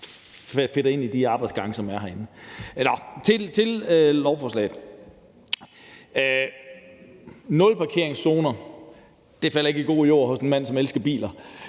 er fedtet ind i de arbejdsgange, som er herinde. Så vil jeg gå til lovforslaget. Nulparkeringszoner falder ikke i god jord hos en mand, som elsker biler.